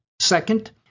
second